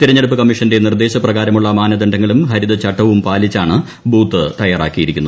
തിരഞ്ഞെടുപ്പ് കമ്മീഷന്റെ നിർദ്ദേശപ്രകാരമുള്ള മാനദണ്ഡങ്ങളും ഹരിതചട്ടവും പാലിച്ചാണ് ബൂത്ത് തയ്യാറാക്കിയിരിക്കുന്നത്